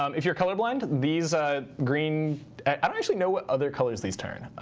um if you're colorblind, these ah green i don't actually know what other colors these turn.